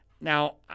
Now